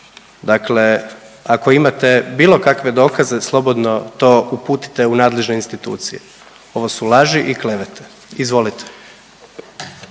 Dakle, ako imate bilo kakve dokaze slobodno to uputite u nadležne institucije, ovo su laži i klevete. Izvolite.